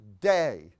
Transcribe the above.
day